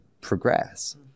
progress